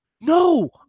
No